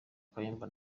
kayumba